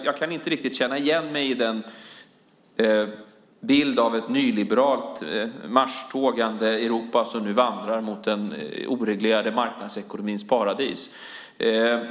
Jag kan inte riktigt känna igen mig i bilden av ett nyliberalt marschtågande Europa som nu vandrar mot den oreglerade marknadsekonomins paradis.